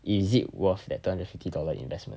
is it worth that two hundred and fifty dollar investment